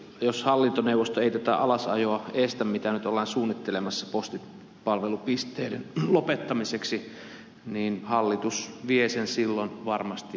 jos hallintoneuvosto ei tätä alasajoa estä mitä nyt ollaan suunnittelemassa postipalvelupisteiden lopettamiseksi niin hallitus vie sen silloin varmasti päätökseen